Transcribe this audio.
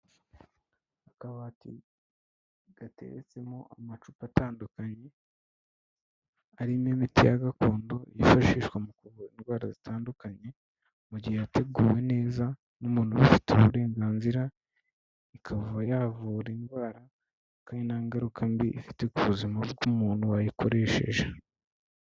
Akabati gateretsemo amacupa atandukanye arimo imiti ya gakondo, yifashishwa mu kuvura indwara zitandukanye mu gihe yateguwe neza n'umuntu ubifitiye uburenganzira, ikaba yavura indwara kandi nta ngaruka mbi ifite ku buzima bw'umuntu wayikoresheje.